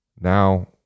now